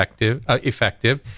effective